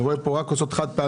אני רואה פה רק כוסות חד-פעמיות.